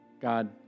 God